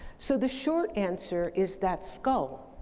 so, the short answer is that skull,